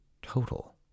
total